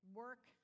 work